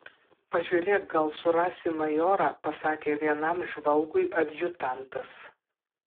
pažiūrėk gal surasi majorą pasakė vienam žvalgui adjutantas